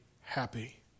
happy